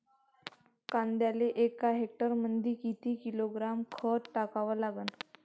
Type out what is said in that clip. कांद्याले एका हेक्टरमंदी किती किलोग्रॅम खत टाकावं लागन?